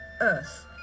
earth